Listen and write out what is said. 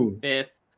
fifth